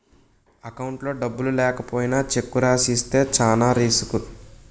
అకౌంట్లో డబ్బులు లేకపోయినా చెక్కు రాసి ఇస్తే చానా రిసుకు